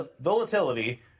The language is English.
volatility